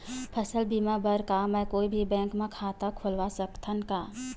फसल बीमा बर का मैं कोई भी बैंक म खाता खोलवा सकथन का?